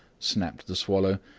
snapped the swallow,